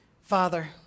Father